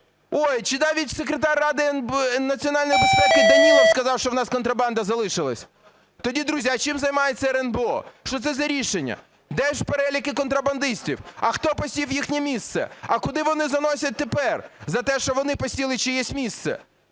Ой, чи навіть секретар Ради національної безпеки Данілов сказав, що у нас контрабанда залишилася? Тоді, друзі, а чим займається РНБО? Що це за рішення? Де ж переліки контрабандистів? А хто посів їхнє місце? А куди вони заносять тепер за те, що вони посіли чиєсь місце?